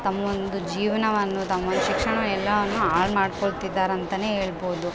ತಮ್ಮಒಂದ್ ಜೀವನವನ್ನು ತಮ್ಮೊಂದು ಶಿಕ್ಷಣ ಎಲ್ಲವನ್ನು ಹಾಳ್ಮಾಡ್ಕೊಂತಿದ್ದಾರಂತ ಹೇಳ್ಬೌದು